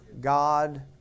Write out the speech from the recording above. God